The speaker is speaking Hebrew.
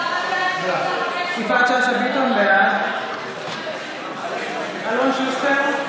נגד יפעת שאשא ביטון, בעד אלון שוסטר,